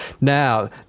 Now